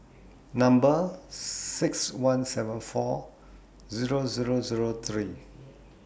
Number six one seven four Zero Zero Zero three